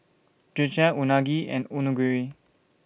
Dhokla Unagi and Onigiri